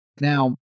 Now